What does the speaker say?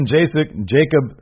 Jacob